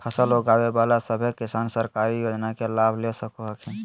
फसल उगाबे बला सभै किसान सरकारी योजना के लाभ ले सको हखिन